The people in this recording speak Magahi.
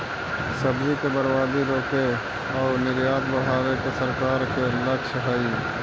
सब्जि के बर्बादी रोके आउ निर्यात बढ़ावे के सरकार के लक्ष्य हइ